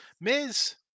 miz